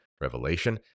revelation